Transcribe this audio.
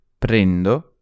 Prendo